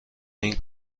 این